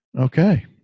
Okay